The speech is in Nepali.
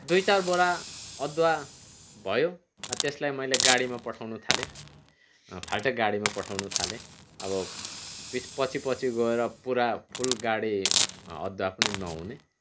अब दुई चार बोरा अदुवा भयो त्यसलाई मैले गाडीमा पठाउन थालेँ फाल्टै गाडीमा पठाउन थालेँ अब पिछ पछि पछि गएर पुरा फुल गाडी अदुवा पनि नहुने